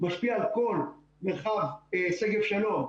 משפיע על כל מרחב שגב שלום,